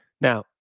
Now